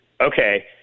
okay